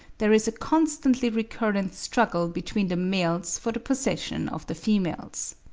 there is a constantly recurrent struggle between the males for the possession of the females.